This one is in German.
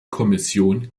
kommission